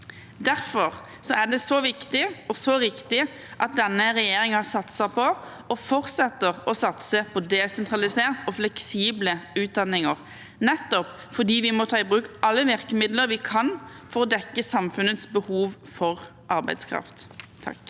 Derfor er det så viktig og så riktig at denne regjeringen satser på og fortsetter å satse på desentraliserte og fleksible utdanninger, nettopp fordi vi må ta i bruk alle virkemidler vi kan for å dekke samfunnets behov for arbeidskraft.